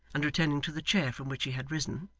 and returning to the chair from which he had risen,